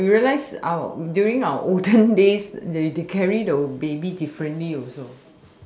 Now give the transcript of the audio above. you realize during our olden days they carry the babies differently also